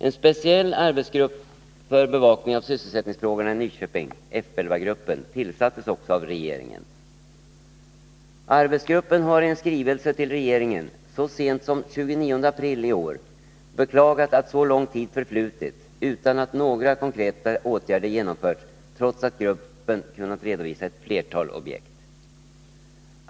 En speciell arbetsgrupp för bevakning av sysselsättningsfrågorna i Nyköping, F 11-gruppen, tillsattes också av regeringen. Arbetsgruppen har i en skrivelse till regeringen så sent som den 29 april i år beklagat att så lång tid förflutit utan att några konkreta åtgärder genomförts 147 trots att gruppen kunnat redovisa ett flertal objekt.